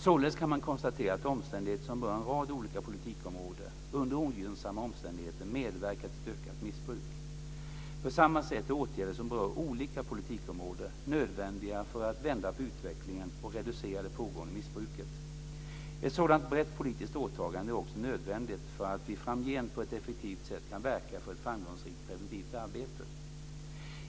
Således kan man konstatera att omständigheter som berör en rad olika politikområden under ogynnsamma omständigheter medverkar till ett ökat missbruk. På samma sätt är åtgärder som berör olika politikområden nödvändiga för att vända på utvecklingen och reducera det pågående missbruket. Ett sådant brett politiskt åtagande är också nödvändigt för att vi framgent på ett effektivt sätt kan verka för ett framgångsrikt preventivt arbete.